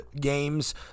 games